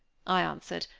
i answered,